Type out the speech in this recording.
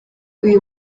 uyu